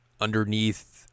underneath